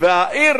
והעיר